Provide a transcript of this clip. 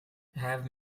have